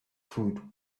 food